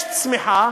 יש צמיחה,